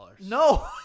No